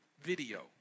video